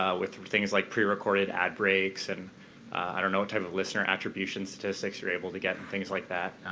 ah with things like prerecorded ad breaks and i don't know what type of listener attribution statistics you're able to get and things like that.